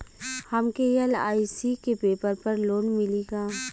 हमके एल.आई.सी के पेपर पर लोन मिली का?